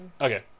Okay